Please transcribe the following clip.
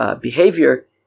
behavior